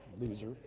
Loser